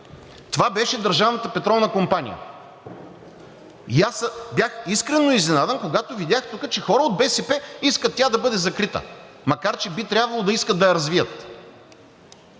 компания. И аз бях искрено изненадан, когато видях тук, че хора от БСП искат тя да бъде закрита, макар че би трябвало да искат да я развият.